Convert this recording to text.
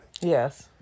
Yes